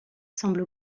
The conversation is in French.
semble